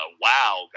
wow